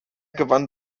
gewann